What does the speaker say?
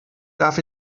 darf